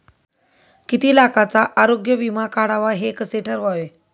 किती लाखाचा आरोग्य विमा काढावा हे कसे ठरवावे?